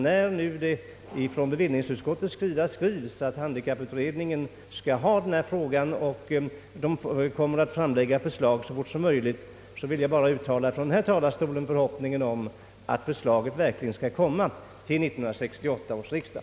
När nu bevillningsutskottet skrivit att handikapputredningen skall behandla frågan och framlägga förslag så snart som möjligt, vill jag bara uttala förhoppningen att förslaget verkligen skall komma till 1968 års riksdag.